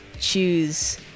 choose